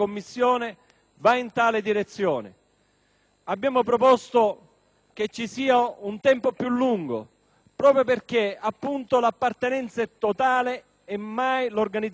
Abbiamo proposto un periodo di tempo più lungo proprio perché l'appartenenza è totale e l'organizzazione non sospende mai la propria attività.